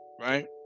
right